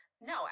No